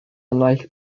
naill